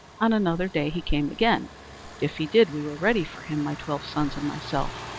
on another day he came again but if he did, we were ready for him, my twelve sons and myself.